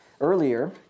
earlier